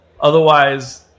Otherwise